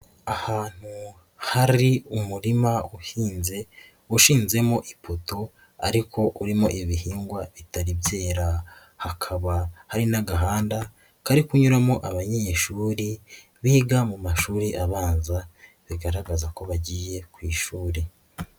Ahantu hari umurima uhinze washinzemo ipoto ariko urimo ibihingwa bitari byera, hakaba hari n'agahanda kari kunyuramo abanyeshuri biga mu mashuri abanza bigaragaza ko bagiye ku ishuri.